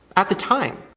at the time.